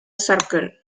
circle